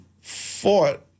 fought